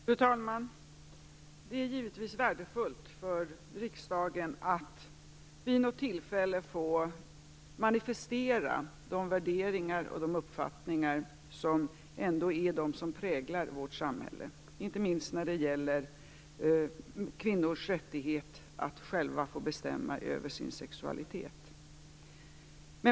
Fru talman! Det är givetvis värdefullt för riksdagen att vid något tillfälle få manifestera de värderingar och de uppfattningar som präglar vårt samhälle, inte minst när det gäller kvinnors rättighet att själva få bestämma över sin sexualitet.